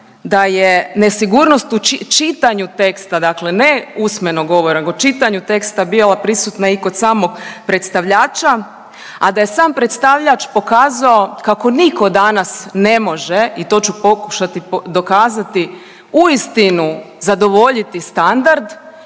da je nesigurnost u čitanju teksta, dakle ne usmenog govora, nego čitanju teksta bila prisutna i kod samog predstavljača. A da je sam predstavljač pokazao kako nitko danas ne može i to ću pokušati dokazati uistinu zadovoljiti standard,